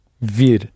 Vir